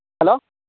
hello